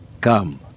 Come